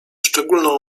szczególną